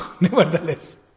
nevertheless